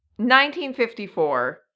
1954